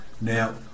now